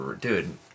Dude